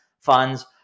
funds